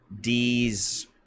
D's